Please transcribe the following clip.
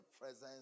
presence